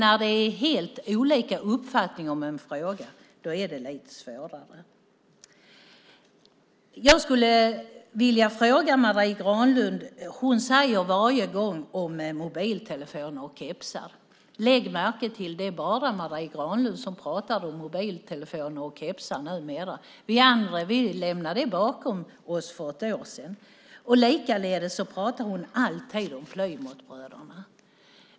När man har helt olika uppfattningar i en fråga är det dock lite svårare. Marie Granlund pratar varje gång om mobiltelefoner och kepsar; lägg märke till att det numera bara är Marie Granlund som pratar om det. Vi andra lämnade det bakom oss för ett år sedan. Likaledes pratar hon alltid om Plymouthbröderna.